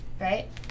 right